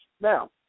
Now